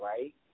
right